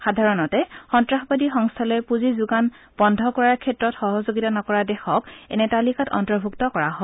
সাধাৰণতে সন্ত্ৰাসবাদী সংস্থালৈ পূঁজি যোগান বন্ধ কৰাৰ ক্ষেত্ৰত সহযোগিতা নকৰা দেশক এনে তালিকাত আন্তৰ্ভুক্ত কৰা হয়